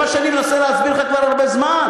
זה מה שאני מנסה להסביר לך כבר הרבה זמן.